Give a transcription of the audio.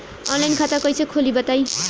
Online खाता कइसे खोली बताई?